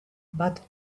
but